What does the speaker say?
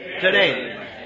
today